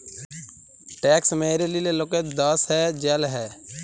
tax ম্যাইরে লিলে লকের দস হ্যয় জ্যাল হ্যয়